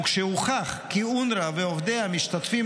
ומשהוכח כי אונר"א ועובדיה משתתפים